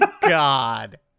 god